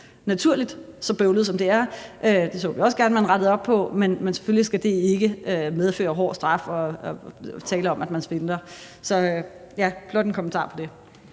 naturligt, så bøvlet som det er – det så vi også gerne man rettede op på – så skal det selvfølgelig ikke medføre hård straf, eller at der er tale om, at man svindler. Så det var blot en kommentar til det.